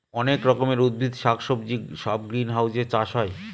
অনেক রকমের উদ্ভিদ শাক সবজি সব গ্রিনহাউসে চাষ হয়